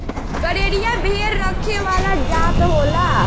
गरेरिया भेड़ रखे वाला जात होला